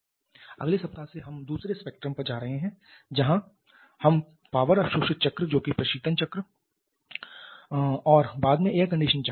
अगले सप्ताह से हम दूसरे स्पेक्ट्रम पर जा रहे हैं जहाँ हम पावर अवशोषित चक्र जोकि प्रशीतन चक्र और बाद में एयर कंडीशनिंग चक्र में जा रहे है